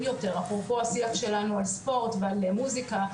יותר' אפרופו השיח שלנו על ספורט ועל מוסיקה,